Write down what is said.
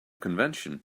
convention